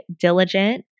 diligent